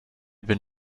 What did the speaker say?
been